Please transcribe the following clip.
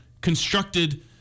constructed